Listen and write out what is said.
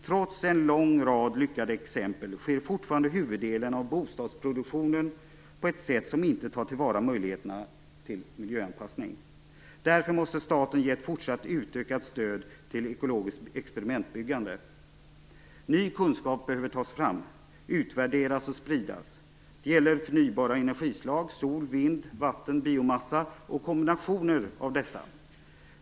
Trots en lång rad lyckade exempel sker fortfarande huvuddelen av bostadsproduktionen på ett sätt som inte tar till vara möjligheterna till miljöanpassnig. Därför måste staten ge ett fortsatt utökat stöd till ekologiskt experimentbyggande. Ny kunskap behöver tas fram, utvärderas och spridas. Det gäller förnybara energislag, sol, vind, vatten och biomassa, och kombinationer av dessa.